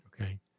okay